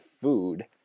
food